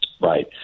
Right